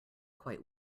quite